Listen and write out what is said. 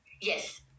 yes